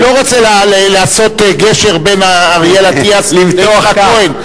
אני לא רוצה לעשות גשר בין אריאל אטיאס ליצחק כהן,